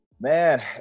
Man